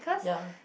ya